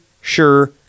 sure